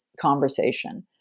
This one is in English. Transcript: conversation